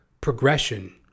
progression